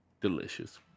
Delicious